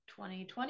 2020